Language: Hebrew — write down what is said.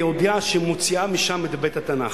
והודיעה שהיא מוציאה משם את בית-התנ"ך.